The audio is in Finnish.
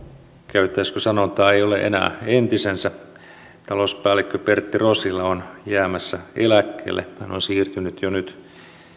käyttäisinkö sanontaa ei ole enää entisensä talouspäällikkö pertti rosila on jäämässä eläkkeelle hän on siirtynyt jo nyt